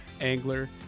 angler